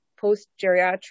post-geriatric